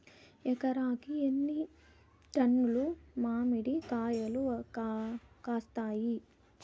ఎకరాకి ఎన్ని టన్నులు మామిడి కాయలు కాస్తాయి?